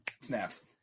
Snaps